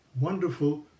wonderful